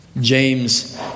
James